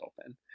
open